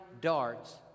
darts